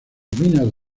minas